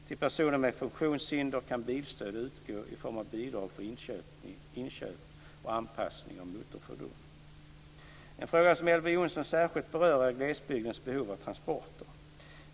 Till personer med funktionshinder kan bilstöd utgå i form av bidrag för inköp och anpassning av motorfordon. En fråga som Elver Jonsson särskilt berör är glesbygdens behov av transporter.